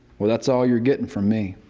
well that's all you're getting from me,